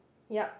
yup